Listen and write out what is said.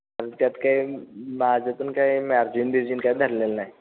तर त्यात काही माझं पण काय मर्जिन बिर्जिन काय धरलेलं नाही